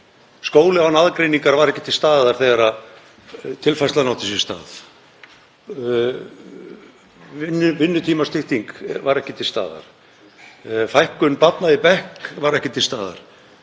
Skóli án aðgreiningar var ekki til staðar þegar tilfærslan átti sér stað. Vinnutímastytting var ekki til staðar. Fækkun barna í bekk var ekki til staðar.